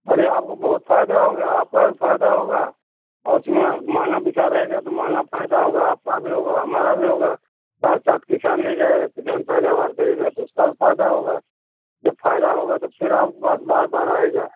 अरे आपको बहुत फ़ायदा होगा आपको और फ़ायदा होगा और उसमें महँगा बिका रहेगा तो महँगा फ़ायदा होगा आपका भी होगा हमारा भी होगा साथ साथ किसान ले जाएं किसान पैदावार करेगा तो उसका भी फ़ायदा होगा तो फ़ायदा होगा तो फिर आपके पास बार बार आएगा